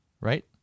right